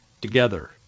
together